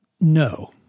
No